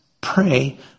pray